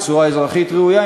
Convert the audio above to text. בצורה אזרחית ראויה,